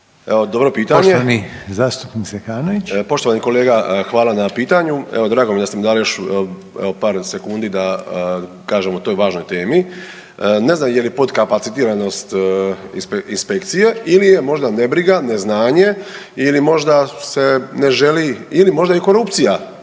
Hrvoje (Nezavisni)** Poštovani kolega hvala na pitanju. Evo drago mi je da ste mi dali još evo par sekundi da kažem o toj važnoj temi. Ne znam je li potkapacitiranost inspekcije ili je možda nebriga, neznanje ili možda se ne želi ili možda je i korupcija,